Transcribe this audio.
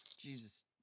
Jesus